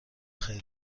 خیرت